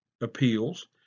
appeals